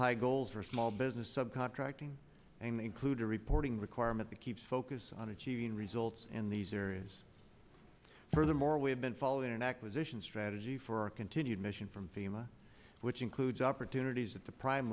high goals for small business sub contracting and they include a reporting requirement that keeps focus on achieving results in these areas furthermore we have been following an acquisition strategy for our continued mission from fema which includes opportunities at the prime